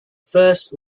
first